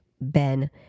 Ben